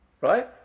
right